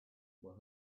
were